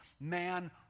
man